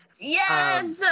Yes